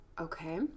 okay